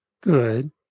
good